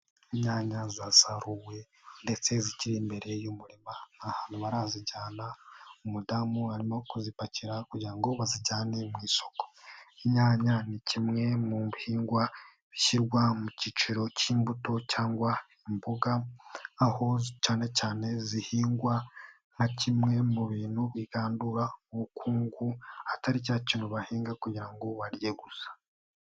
Inyanya zasaruwe ndetse zikiri imbere y'umuma nta hantu barazijyana umudamu arimo kuzipakira kugira ngo bazijyane mu isoko, inyanya ni kimwe mu bihingwa bishyirwa mu kiciro k'imbuto cyangwa imboga aho cyane cyane zihingwa nka kimwe mu bintu bigandura ubukungu atari cya kintu bahinga kugira ngo barye gusa.